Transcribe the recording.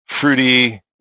fruity